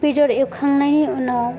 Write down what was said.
बेदर एवखांनायनि उनाव